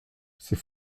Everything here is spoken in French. c’est